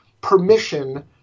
permission